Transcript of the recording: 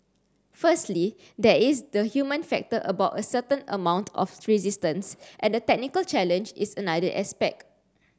firstly there is the human factor about a certain amount of resistance and the technical challenge is another aspect